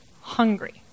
hungry